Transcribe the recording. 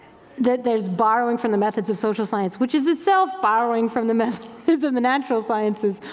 that there's borrowing from the methods of social science, which is itself borrowing from the methods in the natural sciences,